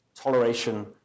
toleration